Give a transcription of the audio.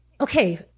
okay